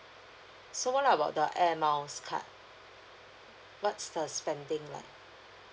so what about the air miles card what's the spending like